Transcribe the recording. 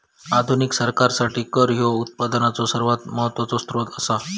आधुनिक सरकारासाठी कर ह्यो उत्पनाचो सर्वात महत्वाचो सोत्र असा